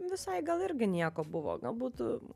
visai gal irgi nieko buvo nuobodu